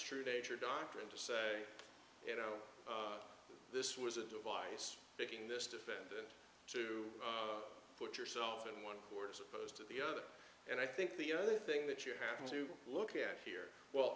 true nature doctrine to say you know this was a device picking this defendant to put yourself in one word supposed to the other and i think the other thing that you have to look at here well